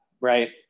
Right